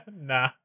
Nah